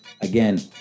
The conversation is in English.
again